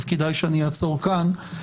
אז כדאי שאני אעצור כאן.